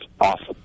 awesome